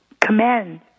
command